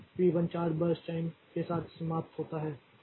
तो P 1 4 burst time के साथ समाप्त होता है